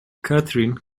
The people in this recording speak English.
catherine